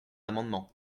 amendement